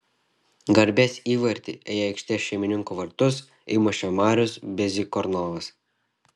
garbės įvartį į aikštės šeimininkų vartus įmušė marius bezykornovas